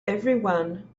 everyone